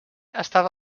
estava